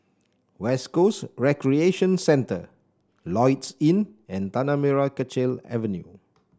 West Coast Recreation Centre Lloyds Inn and Tanah Merah Kechil Avenue